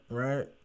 right